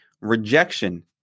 Rejection